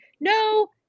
no